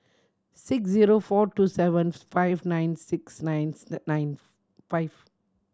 six zero four two seven five nine six nine nine five